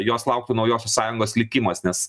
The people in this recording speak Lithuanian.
jos lauktų naujosios sąjungos likimas nes